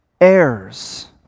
heirs